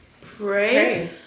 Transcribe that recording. Pray